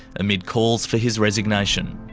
amid calls for his resignation.